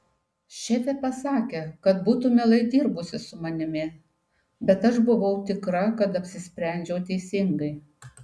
šefė pasakė kad būtų mielai dirbusi su manimi bet aš buvau tikra kad apsisprendžiau teisingai